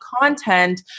content